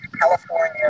California